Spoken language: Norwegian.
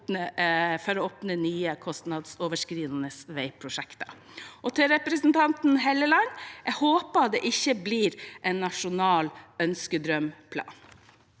for å åpne nye, kostnadsoverskridende veiprosjekter. Til representanten Helleland: Jeg håper det ikke blir en nasjonal ønskedrømplan.